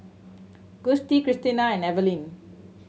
Gustie Christena and Evaline